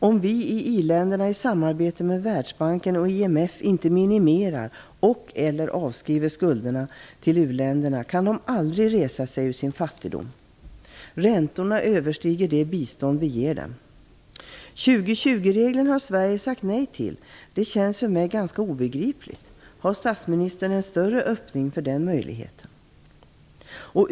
Om vi i iländerna i samarbete med Världsbanken och IMF inte minimerar och 20-regeln har Sverige sagt nej till. Det känns för mig ganska obegripligt. Har statsministern en större öppning för den möjligheten?